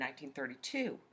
1932